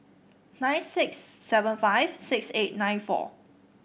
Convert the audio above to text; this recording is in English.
nine six seven five six eight nine four